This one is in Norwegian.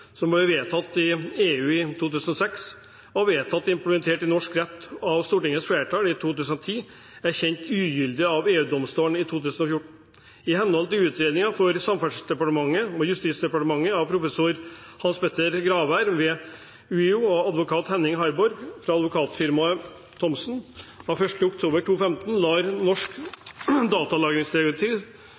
som ble vedtatt i EU i 2006, og vedtatt implementert i norsk rett av Stortingets flertall i 2011, ble kjent ugyldig av EU-domstolen i 2014. I henhold til utredningen for Samferdselsdepartementet og Justis- og beredskapsdepartementet av professor Hans Petter Graver ved Universitetet i Oslo og advokat Henning Harborg fra advokatfirmaet Thommessen av 1. oktober 2015 lar norsk